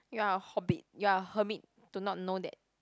you're a hobbit you're a hermit to not know that